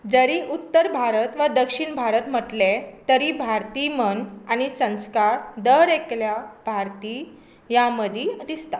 जरी उत्तर भारत वा दक्षीण भारत म्हटलें तरी भारती मन आनी संस्कार दर एकल्या भारती ह्या मदीं दिसता